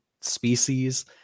species